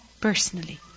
personally